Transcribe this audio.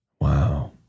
wow